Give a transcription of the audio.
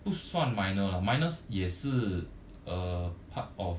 不算 minor lah minor 也是 uh part of